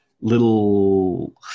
little